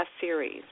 series